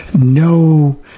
no